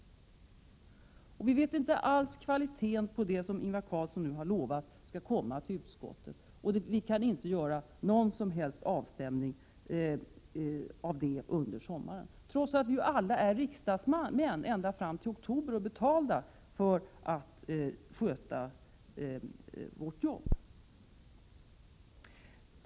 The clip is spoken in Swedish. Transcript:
Vi vet inte alls kvaliteten på det material som Ingvar Carlsson nu har lovat att utskottet skall få tillgång till. Vi kan inte göra någon som helst avstämning av detta under sommaren, trots att vi alla är riksdagsmän ända fram till oktober och betalda för att göra vårt jobb.